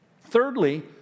Thirdly